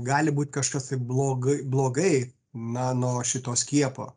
gali būt kažkas tai blogai blogai na nuo šito skiepo